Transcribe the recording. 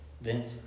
Vince